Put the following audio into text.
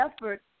effort